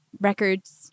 records